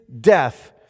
death